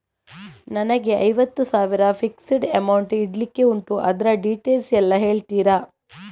ನನಗೆ ಐವತ್ತು ಸಾವಿರ ಫಿಕ್ಸೆಡ್ ಅಮೌಂಟ್ ಇಡ್ಲಿಕ್ಕೆ ಉಂಟು ಅದ್ರ ಡೀಟೇಲ್ಸ್ ಎಲ್ಲಾ ಹೇಳ್ತೀರಾ?